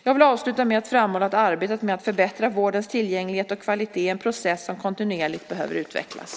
Jag vill avsluta med att framhålla att arbetet med att förbättra vårdens tillgänglighet och kvalitet är en process som kontinuerligt behöver utvecklas.